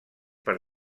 per